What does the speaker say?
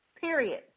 period